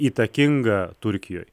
įtakinga turkijoj